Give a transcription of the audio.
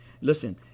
listen